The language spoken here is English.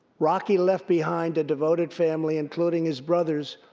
rocky left behind a devoted family, including his brothers,